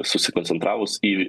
susikoncentravus į